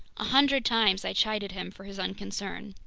a hundred times i chided him for his unconcern.